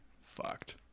fucked